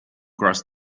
cross